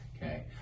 Okay